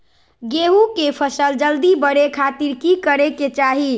गेहूं के फसल जल्दी बड़े खातिर की करे के चाही?